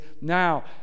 now